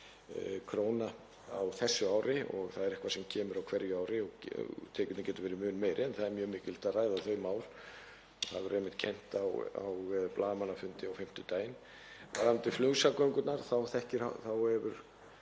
kr. á þessu ári, og það er eitthvað sem kemur á hverju ári og tekjurnar geta verið mun meiri. En það er mjög mikilvægt að ræða þau mál og það verður einmitt kynnt á blaðamannafundi á fimmtudaginn. Varðandi flugsamgöngurnar þá